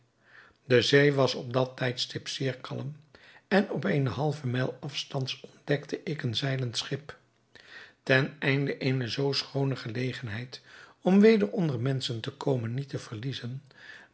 de zee was op dat tijdstip zeer kalm en op eene halve mijl afstands ontdekte ik een zeilend schip ten einde eene zoo schoone gelegenheid om weder onder menschen te komen niet te verliezen